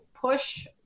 push